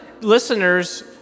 Listeners